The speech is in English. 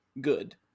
good